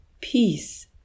peace